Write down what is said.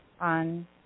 on